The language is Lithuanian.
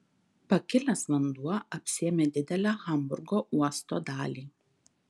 pakilęs vanduo apsėmė didelę hamburgo uosto dalį